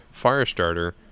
Firestarter